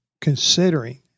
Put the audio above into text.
considering